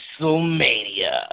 WrestleMania